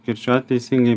kirčiuot teisingai